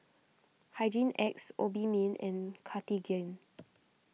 Hygin X Obimin and Cartigain